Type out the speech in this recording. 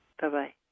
Bye-bye